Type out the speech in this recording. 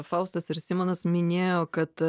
faustas ir simonas minėjo kad